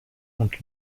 und